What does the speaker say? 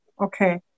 Okay